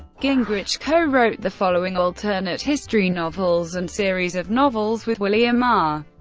gingrich co-wrote the following alternate history novels and series of novels with william r.